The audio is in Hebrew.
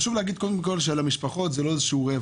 חשוב להגיד שלמשפחות זה לא מין רווח.